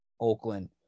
Oakland